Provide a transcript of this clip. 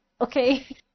Okay